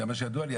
זה מה שידוע לי,